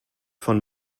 von